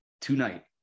tonight